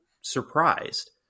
surprised